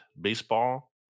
baseball